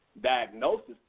Diagnosis